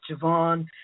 Javon